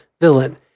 villain